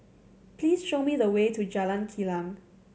please show me the way to Jalan Kilang